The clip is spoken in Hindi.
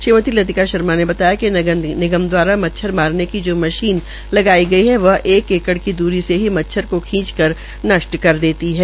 श्रीमती लतिका शर्मा ने बताया कि नगर निगम द्वारा मच्छर मारने की जो मशीन लगाई गई है वह एक एकड़ की दूरी से ही मच्छर को खींच कर नष्ट कर देती है